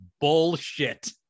bullshit